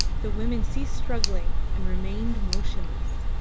the women ceased struggling and remained motionless.